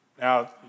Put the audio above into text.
Now